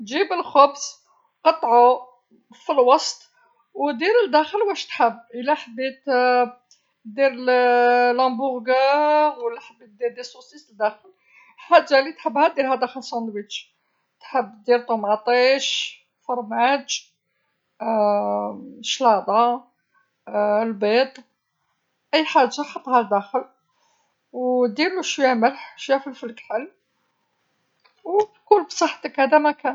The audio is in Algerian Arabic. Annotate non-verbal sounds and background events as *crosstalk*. جيب الخبز، قطعو في الوسط، ودير الداخل واش تحب، يلا حبيت *hesitation* دير *hesitation* الهمبرغر ولا حبيت دير الصلصات الداخل، الحاجه اللي تحبها دير فيها السندويش، تحب دير طوماطيش، فرماج، *hesitation* شلاده، *hesitation* البيض، أي حاجه حطها الداخل وديرلو شويه ملح شويه فلفل كحل، وكول بصحتك هدا ماكان.